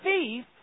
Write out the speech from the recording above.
thief